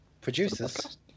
Producers